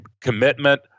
commitment